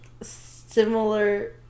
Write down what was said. similar